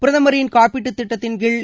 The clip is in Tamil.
பிரதமின் காப்பீட்டுத் திட்டத்தின்கீழ்